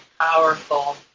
powerful